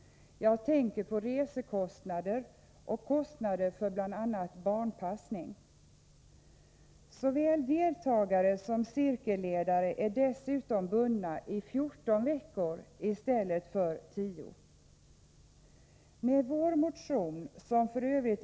Jag tänker då på reskostnader och kostnader för bl.a. barnpassning. Såväl deltagare som cirkelledare är dessutom bundna i 14 veckor i stället för 10. Med vår motion, som f.ö.